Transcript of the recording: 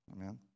Amen